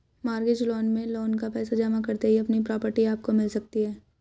mortgage loan में loan का पैसा जमा करते ही अपनी प्रॉपर्टी आपको मिल सकती है